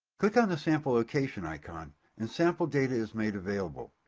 click on the sample location icon and sample data is made available.